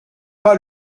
pas